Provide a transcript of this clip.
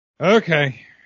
Okay